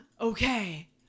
Okay